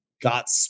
got